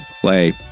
play